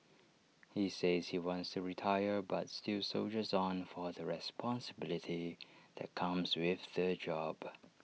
he says he wants to retire but still soldiers on for the responsibility that comes with the job